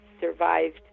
survived